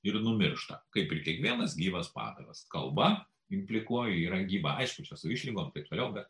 ir numiršta kaip ir kiekvienas gyvas padaras kalba implikuoja yra gyva aišku čia su išlygom taip toliau bet